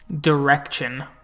direction